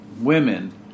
women